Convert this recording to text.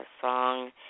song